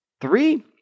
Three